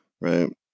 right